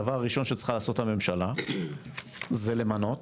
הדבר הראשון שצריכה לעשות הממשלה זה למנות